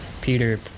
Peter